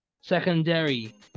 secondary